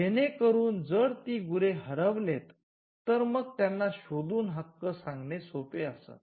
जेणे करून जर ती गुरे हरवलेत तर मग त्यांना शोधून हक्क सांगणे सोपे असत